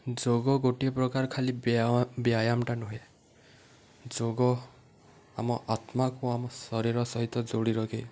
ଯୋଗ ଗୋଟିଏ ପ୍ରକାର ଖାଲି ବ୍ୟାୟ ବ୍ୟାୟାମଟା ନୁହେଁ ଯୋଗ ଆମ ଆତ୍ମାକୁ ଆମ ଶରୀର ସହିତ ଯୋଡ଼ି ରଖେ